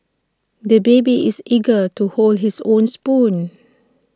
the baby is eager to hold his own spoon